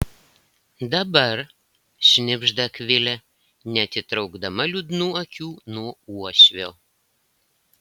dabar šnibžda akvilė neatitraukdama liūdnų akių nuo uošvio